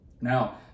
Now